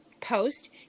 post